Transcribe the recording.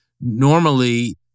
normally